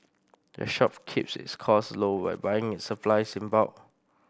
the shop keeps its cost low by buying its supplies in bulk